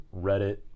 reddit